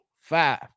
five